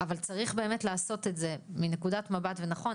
ונכון,